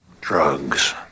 drugs